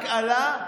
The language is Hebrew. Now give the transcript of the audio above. רק עלה,